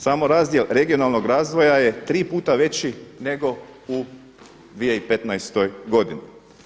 Samo razdjel regionalnog razvoja je 3 puta veći nego u 2015. godini.